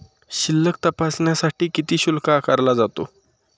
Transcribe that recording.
शिल्लक तपासण्यासाठी किती शुल्क आकारला जातो?